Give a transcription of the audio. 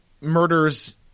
murders